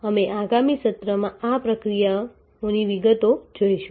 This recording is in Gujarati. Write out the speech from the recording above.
અમે આગામી સત્રમાં આ પ્રક્રિયાઓની વિગતો જોઈશું